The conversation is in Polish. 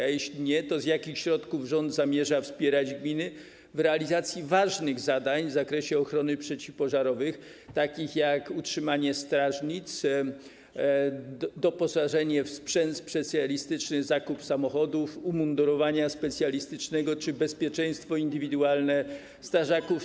A jeśli nie mamy, to z jakich środków rząd zamierza wspierać gminy w realizacji ważnych zadań w zakresie ochrony przeciwpożarowej, takich jak: utrzymanie strażnic, doposażenie w sprzęt specjalistyczny, zakup samochodów, umundurowania specjalistycznego czy bezpieczeństwo indywidualne strażaków?